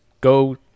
Go